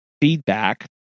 feedback